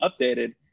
updated